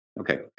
Okay